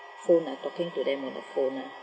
phone uh talking to them on the phone ah